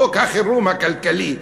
חוק החירום הכלכלי?